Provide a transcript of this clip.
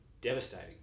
devastating